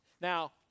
Now